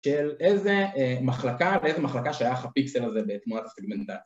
של איזה מחלקה, לאיזה מחלקה שייך הפיקסל הזה בתנועת הפגמנטציה.